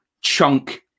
chunk